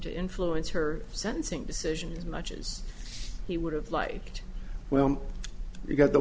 to influence her sentencing decision as much as he would have liked well you got the